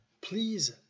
Please